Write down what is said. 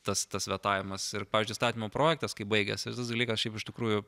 tas tas vetavimas ir pavyzdžiui įstatymo projektas kai baigiasi tas dalykas šiaip iš tikrųjų